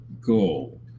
goal